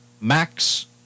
max